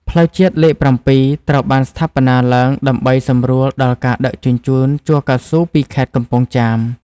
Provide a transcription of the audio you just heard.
ផ្លូវជាតិលេខ ៧ ត្រូវបានស្ថាបនាឡើងដើម្បីសម្រួលដល់ការដឹកជញ្ជូនជ័រកៅស៊ូពីខេត្តកំពង់ចាម។